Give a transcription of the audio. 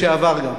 גם לשעבר.